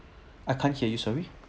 I can't hear you sorry